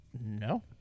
No